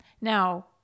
Now